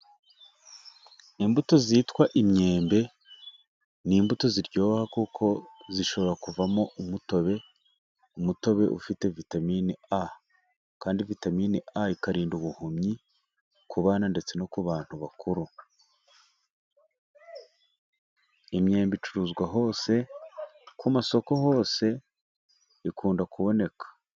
Imbuto zitwa imyembe, ni imbuto ziryoha kuko zishobora kuvamo umutobe, umutobe ufite Vitamini A. Kandi vitamini A ikarinda ubuhumyi, ku bana no ku bantu bakuru. Imyembe icuruzwa hose, ku masoko hose, ikunda kuboneka.